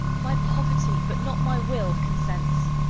my poverty, but not my will consents.